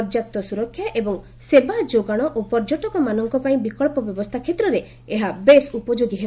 ପର୍ଯ୍ୟାପ୍ତ ସୁରକ୍ଷା ଏବଂ ସେବା ଯୋଗାଣ ଓ ପର୍ଯ୍ୟଟକମାନଙ୍କ ପାଇଁ ବିକଳ୍ପ ବ୍ୟବସ୍ଥା କ୍ଷେତ୍ରରେ ଏହା ବେଶ୍ ଉପଯୋଗୀ ହେବ